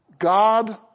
God